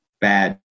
bad